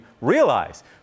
realize